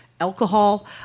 alcohol